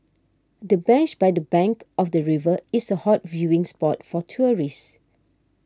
the bench by the bank of the river is a hot viewing spot for tourists